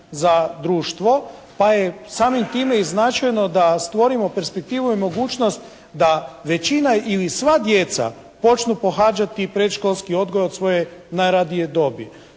za društvo pa je samim time i značajno da stvorimo perspektivu i mogućnost da većina ili sva djeca počnu pohađati i predškolski odgoj od svoje najranije dobi.